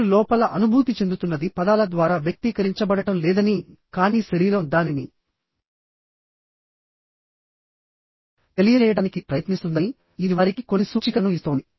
మీరు లోపల అనుభూతి చెందుతున్నది పదాల ద్వారా వ్యక్తీకరించబడటం లేదని కానీ శరీరం దానిని తెలియజేయడానికి ప్రయత్నిస్తుందని ఇది వారికి కొన్ని సూచికలను ఇస్తోంది